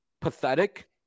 pathetic